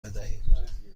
بدهید